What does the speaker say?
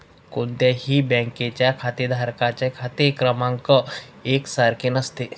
कोणत्याही बँकेच्या खातेधारकांचा खाते क्रमांक एक सारखा नसतो